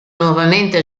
nuovamente